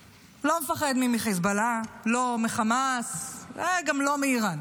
הוא לא מפחד מחיזבאללה, לא מחמאס וגם לא מאיראן.